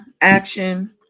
Action